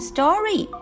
Story